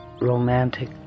romantic